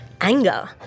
anger